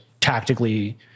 tactically